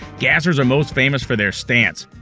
gassers are most famous for their stance.